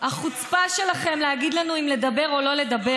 החוצפה שלכם להגיד לנו לדבר או לא לדבר